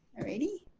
ready.